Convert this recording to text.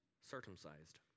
circumcised